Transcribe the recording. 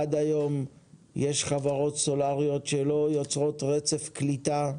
עד היום יש חברות סלולריות שלא יוצאות רצף קליטה.